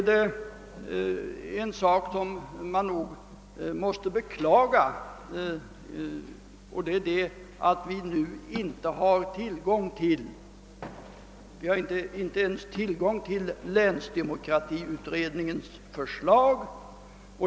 Det måste beklagas att vi inte nu har tillgång till länsdemokratiutredningens förslag.